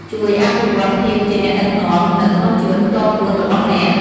ជួយ អភិវឌ្ឍភាពជាអ្នកដឹកនាំ នៅក្នុងជីវិតផ្ទាល់ខ្លួនរបស់អ្នក។